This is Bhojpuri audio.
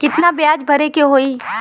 कितना ब्याज भरे के होई?